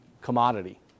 commodity